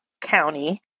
county